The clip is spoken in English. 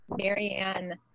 Marianne